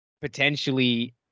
potentially